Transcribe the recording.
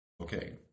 okay